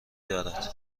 دارد